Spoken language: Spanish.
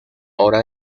obra